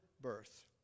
birth